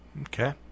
Okay